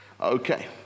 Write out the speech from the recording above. Okay